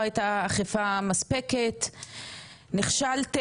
ואני לא מבינה מה זאת אומרת תבקשו,